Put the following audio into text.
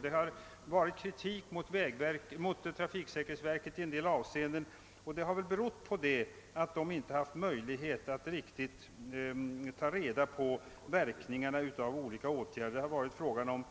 Kritik har riktats mot trafiksäkerhetsverket i en del avseenden, men denna kritik har nog berott på att verket inte haft möjlighet att riktigt följa upp verkningarna av olika åtgärder,